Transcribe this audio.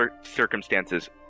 circumstances